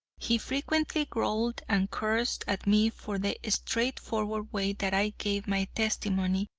he frequently growled and cursed at me for the straightforward way that i gave my testimony,